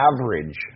average